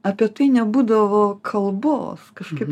apie tai nebūdavo kalbos kažkaip